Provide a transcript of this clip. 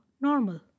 normal